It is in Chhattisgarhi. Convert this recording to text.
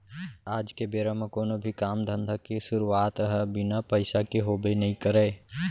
आज के बेरा म कोनो भी काम धंधा के सुरूवात ह बिना पइसा के होबे नइ करय